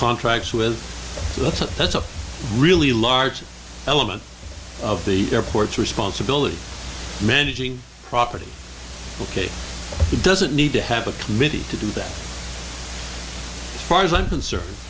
contracts with that's a that's a really large element of the airport's responsibility managing property ok he doesn't need to have a committee to do that far as i'm concerned